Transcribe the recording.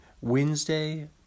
Wednesday